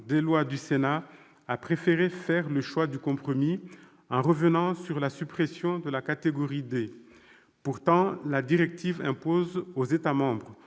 des lois du Sénat a préféré faire le choix du compromis, en revenant sur la suppression de la catégorie D. Pourtant, la directive impose aux États membres,